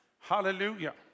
Hallelujah